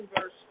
verse